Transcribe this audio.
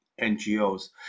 NGOs